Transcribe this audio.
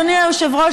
אדוני היושב-ראש,